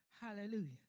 Hallelujah